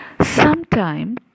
sometime